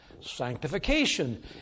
Sanctification